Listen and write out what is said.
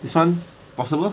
this one possible